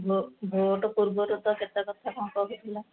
vote ପୂର୍ବରୁ ତ କେତେ କଥା କ'ଣ କହିଥିଲା